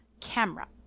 camera